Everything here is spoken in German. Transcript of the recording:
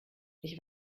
ich